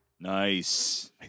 Nice